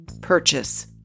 purchase